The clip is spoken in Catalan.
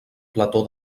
plató